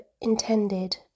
intended